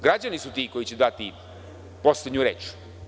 Građani su ti koji će dati poslednju reč.